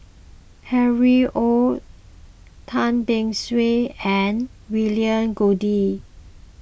Harry Ord Tan Beng Swee and William Goode